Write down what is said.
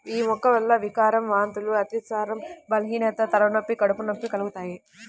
యీ మొక్క వల్ల వికారం, వాంతులు, అతిసారం, బలహీనత, తలనొప్పి, కడుపు నొప్పి కలుగుతయ్